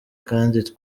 kandi